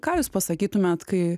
ką jūs pasakytumėt kai